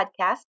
Podcast